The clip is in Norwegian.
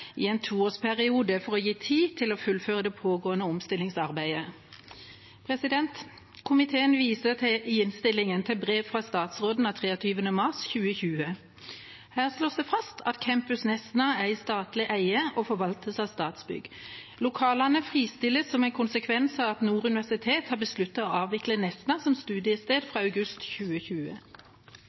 i en toårsperiode, for å gi tid til å fullføre det pågående omstillingsarbeidet. Komiteen viser i innstillingen til brev fra statsråden av 23. mars 2020 der det slås fast at Campus Nesna er i statlig eie og forvaltes av Statsbygg. Lokalene fristilles som en konsekvens av at Nord universitet har besluttet å avvikle Nesna som studiested fra august 2020.